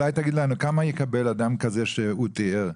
אולי תגידי לנו כמה יקבל אדם כמו זה שהוא תיאר,